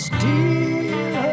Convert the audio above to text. Steal